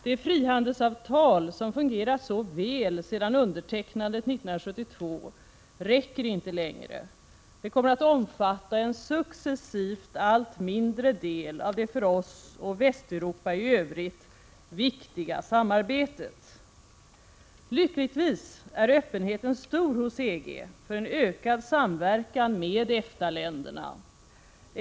Det frihandelsavtal som fungerat så väl sedan undertecknandet 1972 räcker inte längre. Det kommer att omfatta en successivt allt mindre del av det för oss och Västeuropa i övrigt viktiga samarbetet. Lyckligtvis är öppenheten stor hos EG för en ökad samverkan med EFTA-länderna.